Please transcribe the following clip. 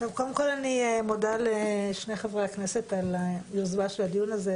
קודם כל אני מודה לשני חברי הכנסת על היוזמה של הדיון הזה,